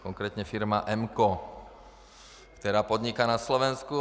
Konkrétně firma Emko, která podniká na Slovensku.